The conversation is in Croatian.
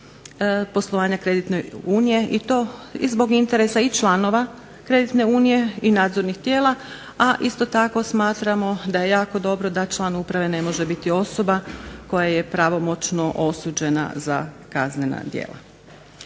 poslovanja kreditne unije i to i zbog interesa i članova kreditne unije i nadzornih tijela, a isto tako smatramo da je jako dobro da član uprave ne može biti osoba koja je pravomoćno osuđena za kaznena djela.